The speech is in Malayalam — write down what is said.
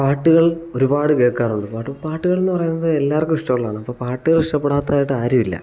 പാട്ടുകൾ ഒരുപാട് കേൾക്കാറുണ്ട് പാട്ടുകൾ പാട്ടുകൾന്ന് പറയുന്നത് എല്ലാവർക്കും ഇഷ്ടമുള്ളതാണ് അപ്പോൾ പാട്ടുകൾ ഇഷ്ടപ്പെടാത്തതായിട്ട് ആരുമില്ല